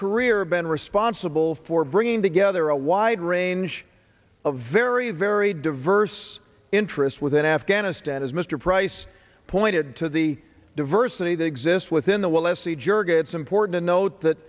career been responsible for bringing together a wide range of very a very diverse interest within afghanistan as mr price pointed to the diversity that exists within the we'll se jirga it's important to note that